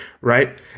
right